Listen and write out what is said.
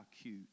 cute